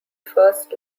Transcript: first